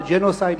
לג'נוסייד,